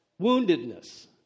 woundedness